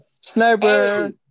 Sniper